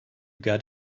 got